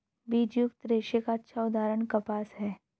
बीजयुक्त रेशे का अच्छा उदाहरण कपास है